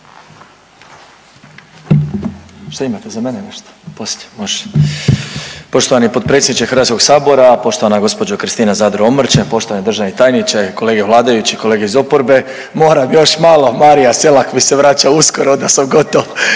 Šta imate za mene nešto? Poslije, može. Poštovani potpredsjedniče Hrvatskog sabora, poštovana gospođo Kristina Zadro Omrčen, poštovani državni tajniče, kolege vladajući, kolege iz oporbe moram još malo Marija Selak mi se vraća uskoro da sam gotov,